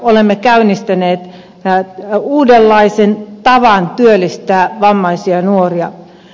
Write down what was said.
olemme käynnistäneet uudenlaisen tavan työllistää vammaisia nuoria